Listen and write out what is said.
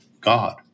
God